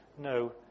no